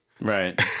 Right